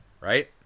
right